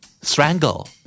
Strangle